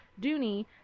Dooney